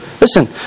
Listen